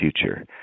future